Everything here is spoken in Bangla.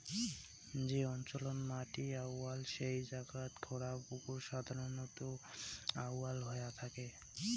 যে অঞ্চলত মাটি আউয়াল সেই জাগাত খোঁড়া পুকুর সাধারণত আউয়াল হয়া থাকে